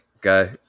guy